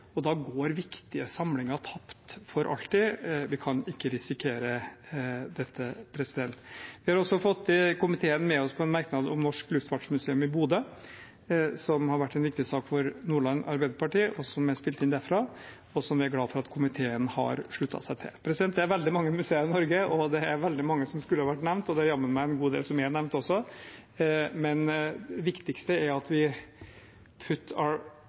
og da går viktige samlinger tapt for alltid. Vi kan ikke risikere det. Vi har også fått komiteen med oss på en merknad om Norsk Luftfartsmuseum i Bodø, som har vært en viktig sak for Nordland Arbeiderparti, den er spilt inn derfra, og som vi er glade for at komiteen har sluttet seg til. Det er veldig mange museer i Norge. Det er veldig mange som skulle ha vært nevnt, og det er jammen en god del som er nevnt også, men det viktigste er at vi